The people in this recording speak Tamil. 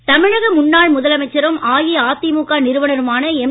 ஆர் தமிழக முன்னாள் முதலமைச்சரும் அஇஅதிமுக நிறுவனருமான எம்